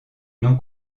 non